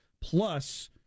Plus